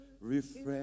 refresh